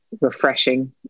refreshing